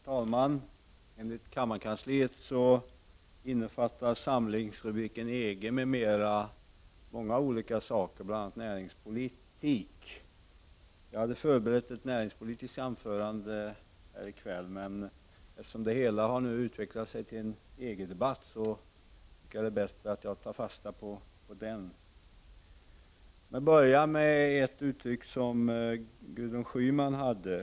Herr talman! Enligt kammarkansliet innefattar samlingsrubriken EG m.m. många olika saker, bl.a. näringspolitik. Jag hade förberett ett näringspolitiskt anförande här i kväll, men eftersom det hela nu har utvecklat sig till en EG-debatt tycker jag att det är bäst att jag tar fasta på den. Jag vill börja med att ta upp ett uttryck som Gudrun Schyman använde.